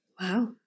wow